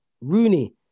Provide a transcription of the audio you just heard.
Rooney